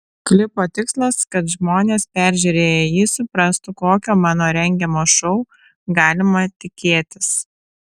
klipo tikslas kad žmonės peržiūrėję jį suprastų kokio mano rengiamo šou galima tikėtis